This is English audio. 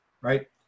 right